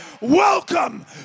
Welcome